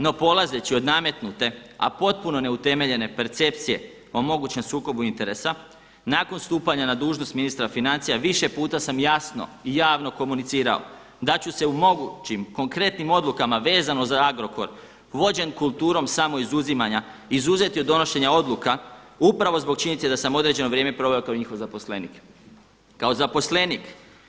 No polazeći od nametnute a potpuno neutemeljene percepcije o mogućem sukobu interesa nakon stupanja na dužnost ministra financija više puta sam jasno i javno komunicirao da ću se u mogućim konkretnim odlukama vezno za Agrokor vođen kulturom samoizuzimanja izuzeti od donošenja odluka upravo zbog činjenice da sam određeno vrijeme proveo kao njihov zaposlenik, kao zaposlenik.